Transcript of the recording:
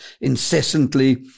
incessantly